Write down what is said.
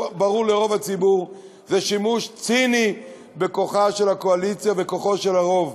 ברור לרוב הציבור שזה שימוש ציני בכוחה של הקואליציה וכוחו של הרוב,